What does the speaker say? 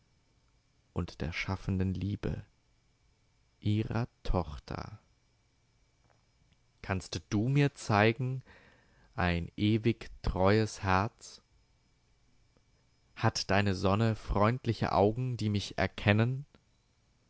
und der schaffenden liebe ihrer tochter kannst du mir zeigen ein ewig treues herz hat deine sonne freundliche augen die mich erkennen